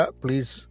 please